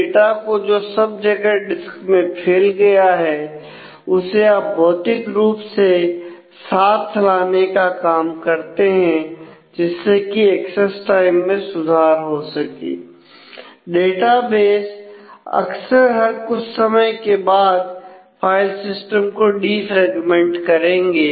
database अक्सर हर कुछ समय के बाद फाइल सिस्टम को डीफ्रेगमेंट करेंगे